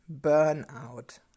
burnout